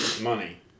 Money